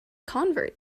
convert